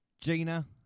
Gina